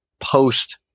post